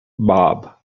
bob